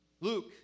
Luke